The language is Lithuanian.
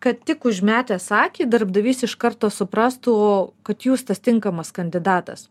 kad tik užmetęs akį darbdavys iš karto suprastų kad jūs tas tinkamas kandidatas